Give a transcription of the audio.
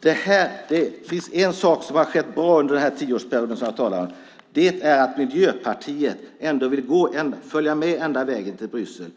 Det finns en sak som är bra som har skett under den tioårsperiod som jag talar om. Det är att Miljöpartiet ändå vill följa med hela vägen till Bryssel.